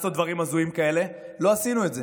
לעשות דברים הזויים כאלה לא עשינו את זה.